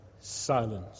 silence